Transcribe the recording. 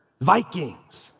Vikings